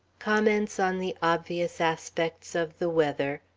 comments on the obvious aspects of the weather,